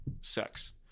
sex